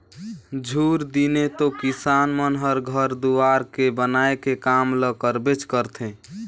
झूर दिने तो किसान मन हर घर दुवार के बनाए के काम ल करबेच करथे